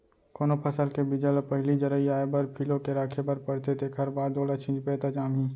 कोनो फसल के बीजा ल पहिली जरई आए बर फिलो के राखे बर परथे तेखर बाद ओला छिंचबे त जामही